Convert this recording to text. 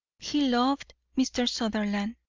he loved mr. sutherland.